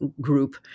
group